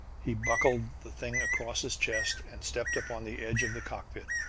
he buckled the thing across his chest and stepped up on the edge of the cockpit.